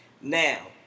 Now